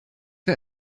war